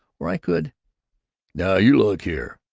or i could now you look here!